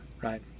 right